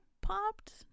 popped